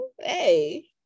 hey